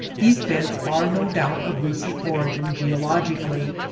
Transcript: these beds are no doubt of recent origin geologically,